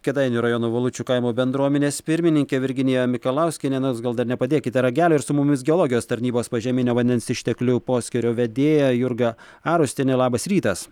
kėdainių rajono valučių kaimo bendruomenės pirmininkė virginija mikalauskienė nors gal dar nepadėkite ragelio ir su mumis geologijos tarnybos požeminio vandens išteklių poskyrio vedėja jurga arustienė labas rytas